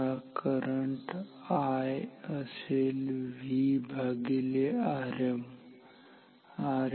हा current I असेल V भागिले Rm